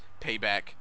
Payback